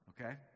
Okay